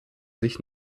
sich